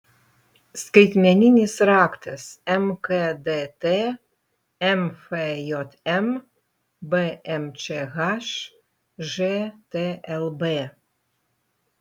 skaitmeninis raktas mkdt mfjm bmčh žtlb